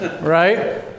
right